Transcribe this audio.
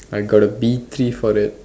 I got a B three for that